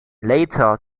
later